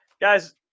Guys